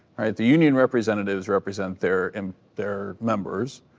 the union representatives represent their um their members.